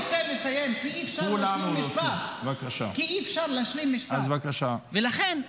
-- מהאתגר הזה של להתמודד עם הסכסוך ולהביא פתרונות ולתת